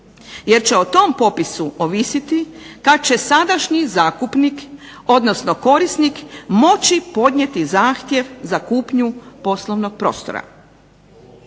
jer će o tom popisu ovisiti kada će sadašnji zakupnik odnosno korisnik moći podnijeti zahtjev za kupnju poslovnog prostora.